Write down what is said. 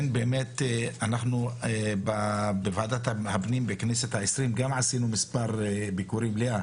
אנחנו בוועדת הפנים בכנסת ה-20 גם עשינו מספר ביקורים לאה